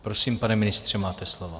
Prosím, pane ministře, máte slovo.